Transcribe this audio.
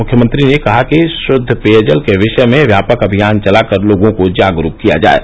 मुख्यमंत्री ने कहा कि शुद्द पेयजल के विषय में व्यापक अभियान चला कर लोगों को जागरूक किया जाये